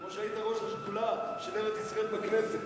כמו שהיית ראש השדולה של ארץ-ישראל בכנסת.